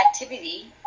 activity